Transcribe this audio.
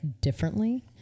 differently